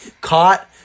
caught